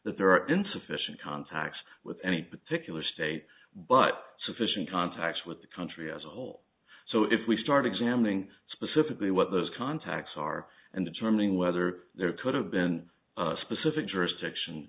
that there are insufficient contacts with any particular state but sufficient contacts with the country as a whole so if we start examining specifically what those contacts are and determining whether there could have been a specific jurisdiction